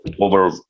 over